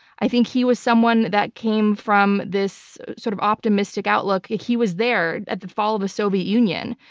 i think he was someone that came from this sort of optimistic outlook. he was there at the fall of the soviet union,